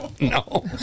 No